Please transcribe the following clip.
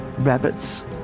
Rabbits